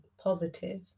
positive